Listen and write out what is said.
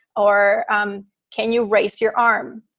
or um can you raise your arm?